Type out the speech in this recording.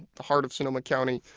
the heart of sonoma county,